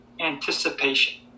Anticipation